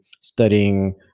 studying